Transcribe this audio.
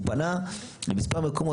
הוא פנה למספר מקומות,